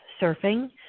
surfing